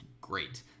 great